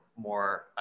more